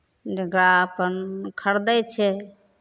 जे ग्राहक अपन खरीदै छै